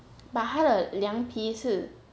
but 他的凉皮是